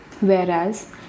Whereas